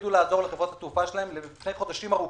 הקפידו לעזור לחברות התעופה שלהם לעזור ולפני חודשים ארוכים,